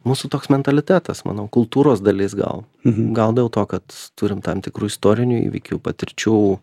mūsų toks mentalitetas manau kultūros dalis gal gal dėl to kad turim tam tikrų istorinių įvykių patirčių